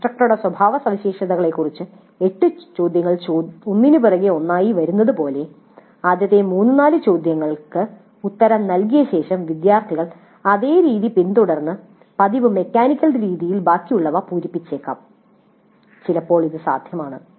ഇൻസ്ട്രക്ടറുടെ സ്വഭാവസവിശേഷതകളെക്കുറിച്ച് എട്ട് ചോദ്യങ്ങൾ ഒന്നിനുപുറകെ ഒന്നായി വരുന്നത് പോലെ ആദ്യത്തെ 3 4 ചോദ്യങ്ങൾക്ക് ഉത്തരം നൽകിയ ശേഷം വിദ്യാർത്ഥികൾക്ക് അതേ രീതി പിന്തുടർന്ന് പതിവ് മെക്കാനിക്കൽ രീതിയിൽ ബാക്കിയുള്ളവ പൂരിപ്പിക്കാം ചിലപ്പോൾ ഇത് സാധ്യമാണ്